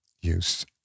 use